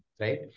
right